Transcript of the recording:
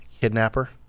kidnapper